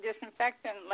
disinfectant